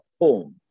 home